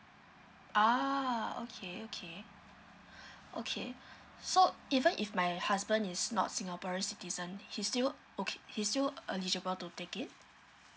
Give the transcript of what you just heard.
oh okay okay okay so even if my husband is not singaporean citizen he still okay he's still eligible to take it